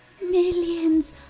millions